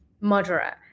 moderate